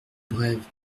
brève